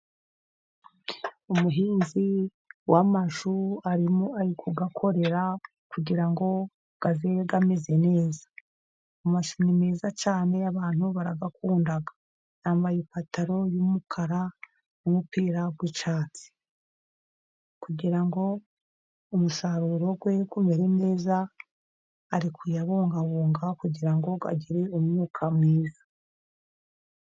Umuhinzi w'amashu arimo ari kuyakorera kugira ngo azere ameze neza, amashu ni meza cyane abantu barayakunda, yambaye ipataro y'umukara n'umupira w'icyatsi, kugira ngo umusaruro we umere neza, ari kuyabungabunga kugira ngo agire umwuka mwiza.